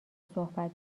صحبت